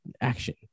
action